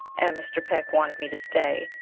and mr. peck wanted me to stay,